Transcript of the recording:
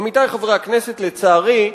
עמיתי חברי הכנסת, לצערי,